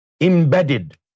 embedded